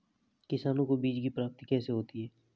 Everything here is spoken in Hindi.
किसानों को बीज की प्राप्ति कैसे होती है?